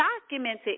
documented